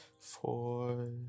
four